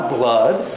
blood